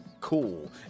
cool